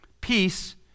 Peace